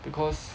because